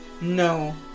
no